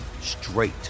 straight